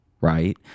right